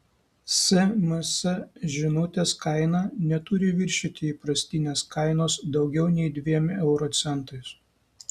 sms žinutės kaina neturi viršyti įprastinės kainos daugiau nei dviem euro centais